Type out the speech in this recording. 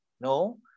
no